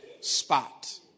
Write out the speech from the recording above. spot